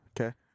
Okay